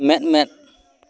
ᱢᱮᱫ ᱢᱮᱫ